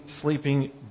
sleeping